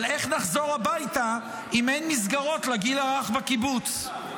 אבל איך נחזור הביתה אם אין מסגרות לגיל הרך בקיבוץ?